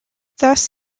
thus